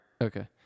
Okay